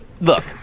look